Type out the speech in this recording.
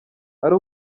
ari